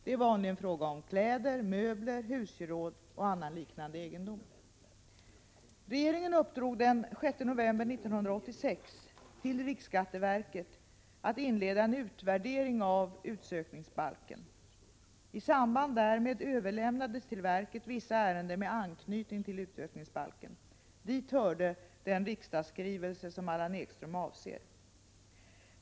Det är vanligen fråga om kläder, möbler, husgeråd och annan liknande egendom. Regeringen uppdrog den 6 november 1986 till riksskatteverket att inleda en utvärdering av utsökningsbalken. I samband därmed överlämnades till verket vissa ärenden med anknytning till utsökningsbalken. Dit hörde den riksdagsskrivelse som Allan Ekström avser.